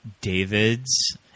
David's